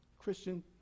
Christian